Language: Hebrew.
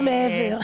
יש מעבר.